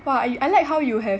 !wah! I like how you have